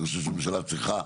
אני חושב שהממשלה צריכה